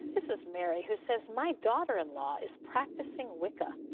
this is mary, who says, my daughter-in-law is practicing wicca.